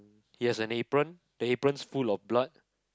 he has an apron the apron's full of blood